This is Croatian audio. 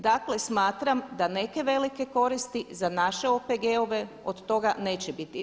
Dakle, smatram da neke velike koristi za naše OPG-ove od toga neće biti.